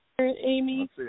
Amy